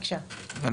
אני